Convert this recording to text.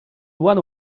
one